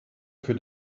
für